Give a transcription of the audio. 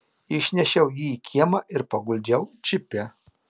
išnešiau jį į kiemą ir paguldžiau džipe